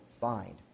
bind